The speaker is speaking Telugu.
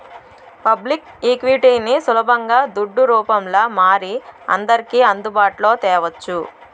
పబ్లిక్ ఈక్విటీని సులబంగా దుడ్డు రూపంల మారి అందర్కి అందుబాటులో తేవచ్చు